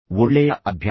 ಒಳ್ಳೆಯ ಅಭ್ಯಾಸ